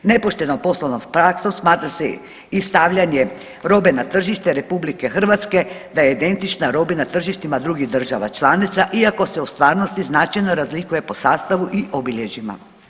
Nepoštenom poslovnom praksom smatra se i stavljanje robe na tržište RH da je identična robi na tržištima drugih država članica iako se u stvarnosti značajno razlikuje po sastavu i obilježjima.